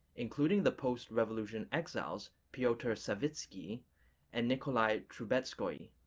including the post-revolution exiles petr savitsky and nikolai trubetzkoy.